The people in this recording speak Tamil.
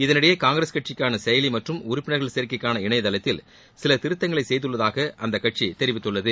இதனிடையே காங்கிரஸ் கட்சிக்கான செயலி மற்றும் உறுப்பினர்கள் சேர்க்கைக்கான இணையதளத்தில் சில திருத்தங்களை செய்துள்ளதாக அக்கட்சி தெரிவித்துள்ளது